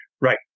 Right